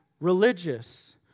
religious